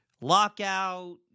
lockout